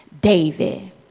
David